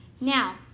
Now